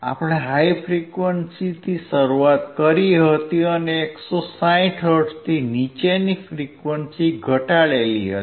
આપણે હાઇ ફ્રીક્વંસીથી શરૂઆત કરી હતી અને 160 હર્ટ્ઝથી નીચેની ફ્રીક્વંસી ઘટાડી હતી